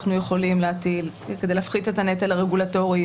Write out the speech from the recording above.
יכולים להטיל כדי להפחית את הנטל הרגולטורי,